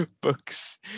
books